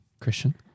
Christian